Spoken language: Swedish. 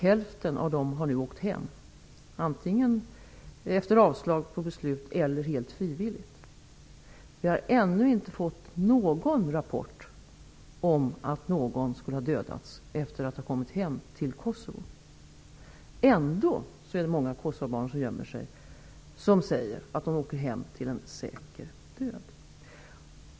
Hälften av dem har nu åkt hem, antingen efter beslut om avslag eller helt frivilligt. Vi har ännu inte fått någon rapport om att någon skulle ha dödats efter att ha kommit hem till Kosovo. Ändå gömmer sig många kosovoalbaner och säger att de åker hem till en säker död.